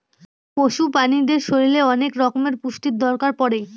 পশু প্রাণীদের শরীরে অনেক রকমের পুষ্টির দরকার পড়ে